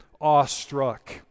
awestruck